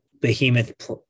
Behemoth